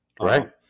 Right